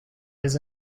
his